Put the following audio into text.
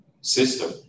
system